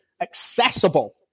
accessible